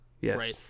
Yes